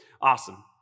awesome